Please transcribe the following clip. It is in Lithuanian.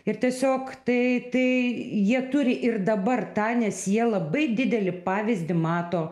ir tiesiog tai tai jie turi ir dabar tą nes jie labai didelį pavyzdį mato